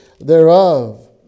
thereof